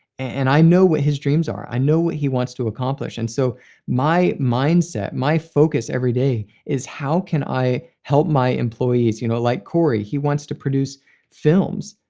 and i know what his dreams are. i know what he wants to accomplish. and so my mindset, my focus every day, is, how can i help my employees? you know like cory mccabe wants to produce films,